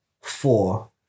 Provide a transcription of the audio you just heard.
four